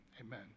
Amen